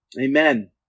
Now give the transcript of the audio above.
Amen